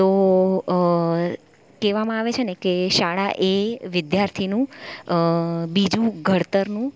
તો કહેવામાં આવે છે ને કે શાળા એ વિદ્યાર્થીનું બીજું ઘડતરનું